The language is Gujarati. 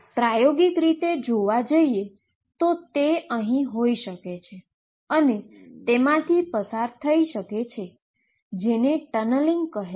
પ્રાયોગીક રીતે જોવા જઈએ તો તે અહીં હોઈ શકે છે અને તેમાથી પસાર થઈ શકે છે જેને ટનલીંગ કહે છે